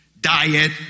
diet